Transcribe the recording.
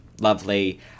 lovely